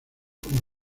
como